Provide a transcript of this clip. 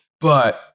but-